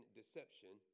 deception